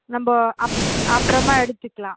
நம்ம அப் அப்புறமா எடுத்துக்கலாம்